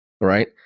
Right